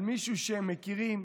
על מישהו שהם מכירים,